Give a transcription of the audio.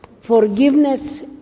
Forgiveness